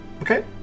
Okay